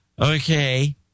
Okay